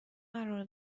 قرار